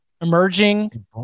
emerging